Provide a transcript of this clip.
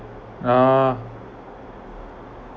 ah